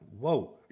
Whoa